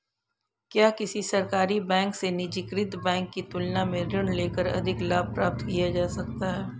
क्या किसी सरकारी बैंक से निजीकृत बैंक की तुलना में ऋण लेकर अधिक लाभ प्राप्त किया जा सकता है?